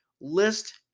list